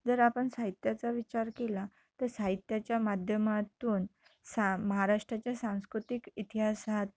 जर आपण साहित्याचा विचार केला तर साहित्याच्या माध्यमातून सा महाराष्ट्राच्या सांस्कृतिक इतिहासात